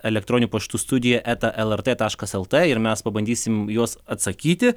elektroniniu paštu studija eta lrt taškas lt ir mes pabandysim juos atsakyti